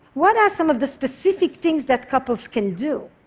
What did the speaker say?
what are some of the specific things that couples can do?